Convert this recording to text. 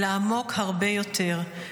אלא עמוק הרבה יותר,